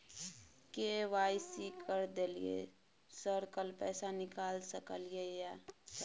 KYC कर दलियै sir कल पैसा निकाल सकलियै सर?